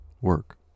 work